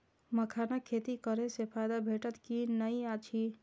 मखानक खेती करे स फायदा भेटत की नै अछि?